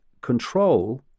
control